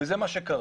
וזה מה שקרה.